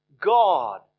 God